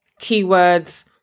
keywords